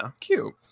cute